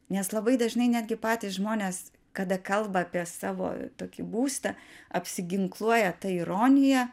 nes labai dažnai netgi patys žmonės kada kalba apie savo tokį būstą apsiginkluoja ta ironija